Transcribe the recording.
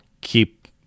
keep